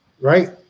right